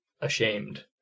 ashamed